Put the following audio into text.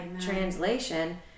translation